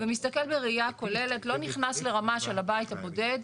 ומסתכל בראייה כוללת, לא נכנס לרמה של הבית הבודד,